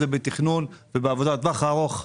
זה בתכנון ובעבודה לטווח ארוך.